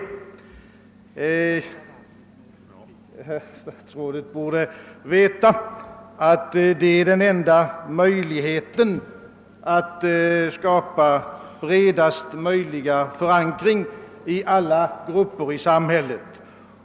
Statsrådet borde veta, att det är den enda möjligheten att skapa en bred förankring i alla grupper i samhället.